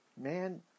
man